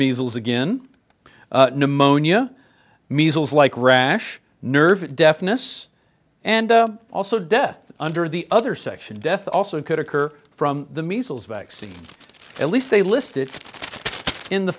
measles again pneumonia measles like rash nervous deafness and also death under the other section death also could occur from the measles vaccine at least they listed in the